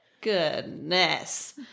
Goodness